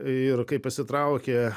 ir kai pasitraukė